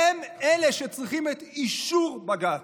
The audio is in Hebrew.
הם שצריכים את אישור בג"ץ.